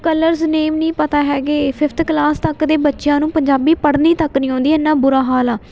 colours name ਨਹੀਂ ਪਤਾ ਹੈਗੇ ਫਿਫਥ ਕਲਾਸ ਤੱਕ ਦੇ ਬੱਚਿਆਂ ਨੂੰ ਪੰਜਾਬੀ ਪੜ੍ਹਨੀ ਤੱਕ ਨਹੀਂ ਆਉਂਦੀ ਐਨਾ ਬੁਰਾ ਹਾਲ ਆ